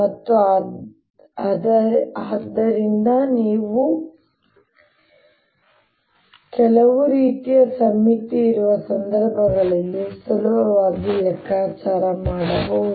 ಮತ್ತು ಆದ್ದರಿಂದ ಕೆಲವು ರೀತಿಯ ಸಮ್ಮಿತಿ ಇರುವ ಸಂದರ್ಭಗಳಲ್ಲಿ ಸುಲಭವಾಗಿ ಲೆಕ್ಕಾಚಾರ ಮಾಡಬಹುದು